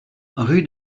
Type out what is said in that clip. rue